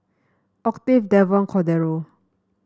Octave Devon Cordero